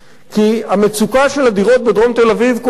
כי המצוקה של הדירות בדרום תל-אביב כואבת לי.